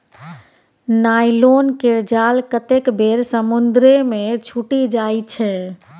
nylon केर जाल कतेक बेर समुद्रे मे छुटि जाइ छै